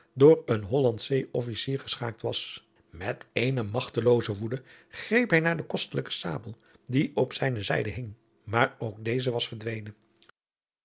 door een hollandsch zeeofficier geschaakt was met eene magtelooze woede greep hij naar de kostelijke sabel die op zijne zijde hing maar ook deze was verdwenen